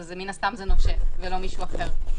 אז מן הסתם זה נושה ולא מישהו אחר.